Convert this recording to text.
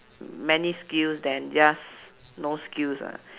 many skills than just no skills ah